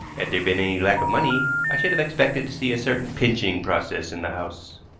had there been any lack of money, i should have expected to see a certain pinching process in the house.